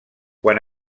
quan